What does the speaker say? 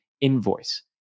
invoice